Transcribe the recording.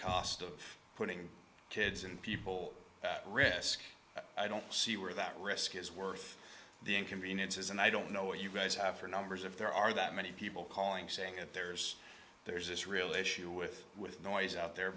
cost of putting kids in people that risk i don't see where that risk is worth the inconveniences and i don't know what you guys have for numbers if there are that many people calling saying that there's there's this real issue with with noise out there